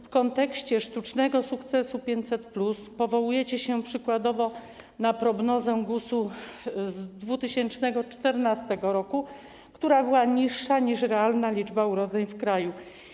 W kontekście sztucznego sukcesu 500+ powołujecie się przykładowo na prognozę GUS-u z 2014 r., która była niższa niż realna liczba urodzeń w kraju.